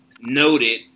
noted